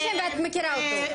יש לי שם ואת מכירה אותו.